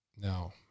Now